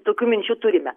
tokių minčių turime